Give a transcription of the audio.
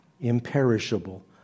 imperishable